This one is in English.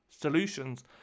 solutions